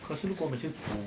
可是如果每一次煮